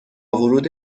ورود